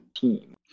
team